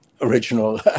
original